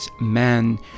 man